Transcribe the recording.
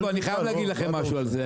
אני חייב להגיד לכם משהו על זה,